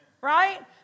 right